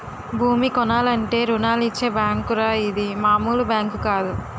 భూమి కొనాలంటే రుణాలిచ్చే బేంకురా ఇది మాములు బేంకు కాదు